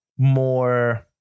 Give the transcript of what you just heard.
more